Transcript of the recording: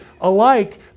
alike